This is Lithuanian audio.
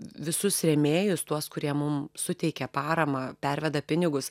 visus rėmėjus tuos kurie mum suteikia paramą perveda pinigus